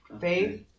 faith